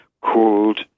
called